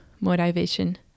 motivation